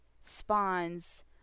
spawns